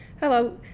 Hello